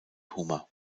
hummer